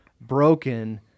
broken